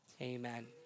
Amen